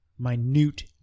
minute